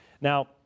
Now